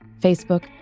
Facebook